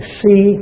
see